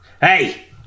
Hey